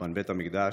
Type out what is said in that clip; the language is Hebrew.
בחורבן בית המקדש,